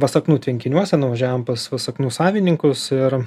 vasaknų tvenkiniuose nuvažiavome pas vasaknų savininkus ir